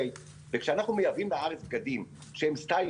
וכשאנחנו מייבאים בארץ בגדים שהם סטייל